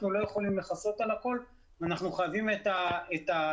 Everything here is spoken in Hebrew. אנחנו לא יכולים לכסות על הכול ואנחנו חייבים את המחוקק